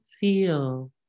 feel